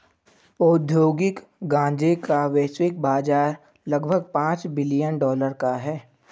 औद्योगिक गांजे का वैश्विक बाजार लगभग पांच बिलियन डॉलर का है